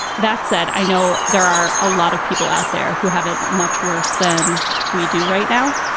that said, i know there are a lot of people out there who have it much worse than we do right now.